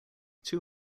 two